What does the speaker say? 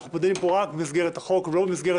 ואנחנו פועלים פה רק במסגרת החוק ולא במסגרת